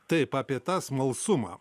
taip apie tą smalsumą